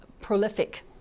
prolific